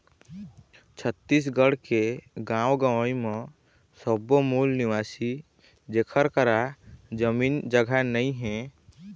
छत्तीसगढ़ के गाँव गंवई म सब्बो मूल निवासी जेखर करा जमीन जघा नइ हे